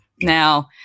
Now